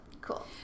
Cool